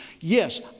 Yes